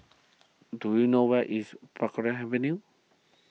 do you know where is Avenue